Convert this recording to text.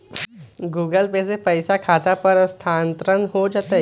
Google Pay से पईसा खाता पर स्थानानंतर हो जतई?